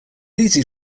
easy